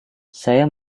saya